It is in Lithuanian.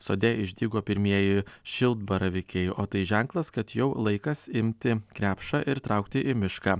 sode išdygo pirmieji šilbaravykiai o tai ženklas kad jau laikas imti krepšą ir traukti į mišką